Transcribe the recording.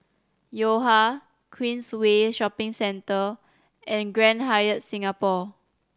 Yo Ha Queensway Shopping Centre and Grand Hyatt Singapore